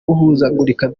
guhuzagurika